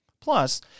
Plus